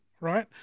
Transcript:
right